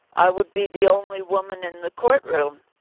i would be the only woman in the courtroom.